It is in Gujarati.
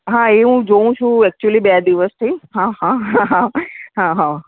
હા એ હું જોઉં છું એકચ્યુલી બે દિવસથી હા હા હા હા